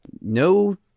No